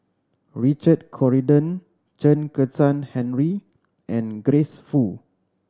Richard Corridon Chen Kezhan Henri and Grace Fu